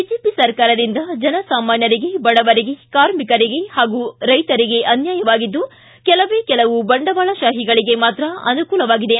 BJP ಸರ್ಕಾರದಿಂದ ಜನಸಾಮಾನ್ಯರಿಗೆ ಬಡವರಿಗೆ ಕಾರ್ಮಿಕರಿಗೆ ಮತ್ತು ರೈತರಿಗೆ ಅನ್ಯಾಯವಾಗಿದ್ದು ಕೆಲವೇ ಕೆಲವು ಬಂಡವಾಳಶಾಹಿಗಳಿಗೆ ಮಾತ್ರ ಅನುಕೂಲವಾಗಿದೆ